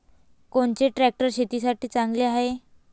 कोनचे ट्रॅक्टर शेतीसाठी चांगले हाये?